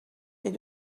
est